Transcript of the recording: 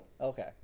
Okay